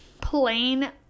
plain